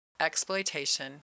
exploitation